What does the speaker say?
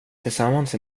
tillsammans